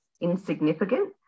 insignificant